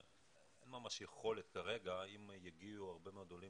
אין כרגע ממש יכולת ואם יגיעו הרבה מאוד עולים